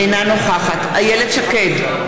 אינה נוכחת איילת שקד,